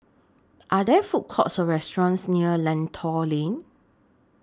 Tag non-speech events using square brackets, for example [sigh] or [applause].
[noise] Are There Food Courts Or restaurants near Lentor Lane